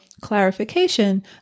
clarification